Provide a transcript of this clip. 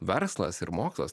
verslas ir mokslas